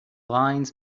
lines